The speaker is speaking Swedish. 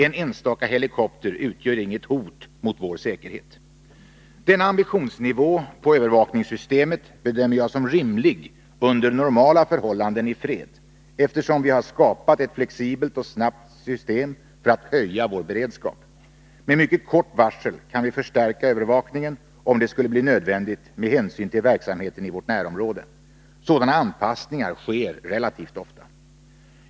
En enstaka helikopter utgör inget hot mot vår säkerhet. Denna ambitionsnivå när det gäller övervakningssystemet bedömer jag som rimlig under normala förhållanden i fred, eftersom vi har skapat ett flexibelt och snabbt system för att höja vår beredskap. Med mycket kort varsel kan vi förstärka övervakningen, om det skulle bli nödvändigt med hänsyn till verksamheten i vårt närområde. Sådana anpassningar sker relativt ofta.